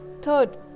Third